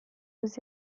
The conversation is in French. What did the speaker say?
aux